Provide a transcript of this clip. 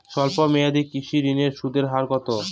স্বল্প মেয়াদী কৃষি ঋণের সুদের হার কত?